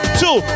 two